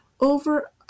over